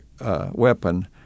weapon